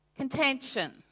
Contention